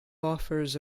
offers